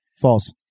False